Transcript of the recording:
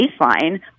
baseline